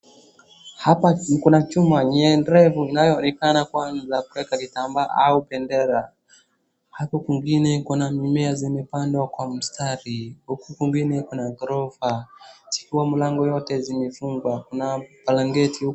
Hapa kuna chuma yenye ndefu inayoonekana kama ya kuwekea kitambaa au bendera. Huku kwingine kuna mimea zimepandwa kwa mstari. Huku pembeni kuna gorofa ikiwa milango yote zimefungwa. Kuna blanketi.